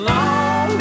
Long